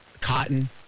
Cotton